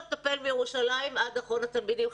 לטפל מירושלים בכל הארץ עד אחרון התלמידים.